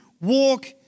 walk